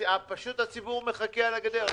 פשוט הציבור מחכה על הגדר.